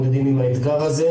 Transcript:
לאתגר הזה,